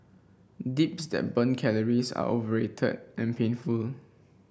dips that burn calories are overrated and painful